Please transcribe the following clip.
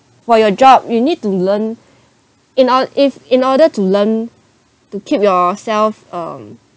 while your job you need to learn in all if in order to learn to keep yourself um